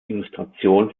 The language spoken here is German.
illustration